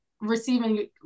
receiving